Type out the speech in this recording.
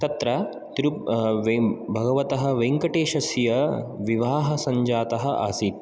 तत्र तिरुप् भगवतः वेङ्कटेशस्य विवाहः सञ्जातः आसीत्